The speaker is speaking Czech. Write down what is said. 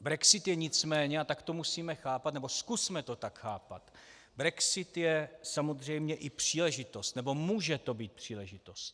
Brexit je nicméně, a tak to musíme chápat, nebo zkusme to tak chápat, samozřejmě i příležitost, nebo může to být příležitost.